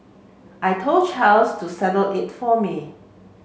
I told Charles to settle it for me